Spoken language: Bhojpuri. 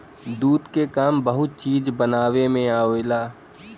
दूध क काम बहुत चीज बनावे में आवेला